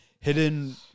hidden